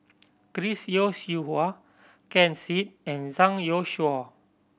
Chris Yeo Siew Hua Ken Seet and Zhang Youshuo